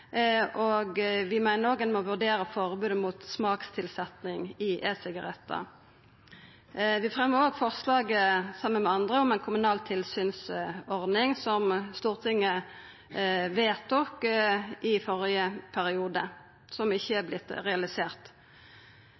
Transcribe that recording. Vi meiner òg ein må vurdera forbodet mot smaktilsetjing i e-sigarettar. Vi fremjar òg forslaget, saman med andre, om ei kommunal tilsynsordning som Stortinget vedtok i førre periode, men som ikkje har vorte realisert.